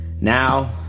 Now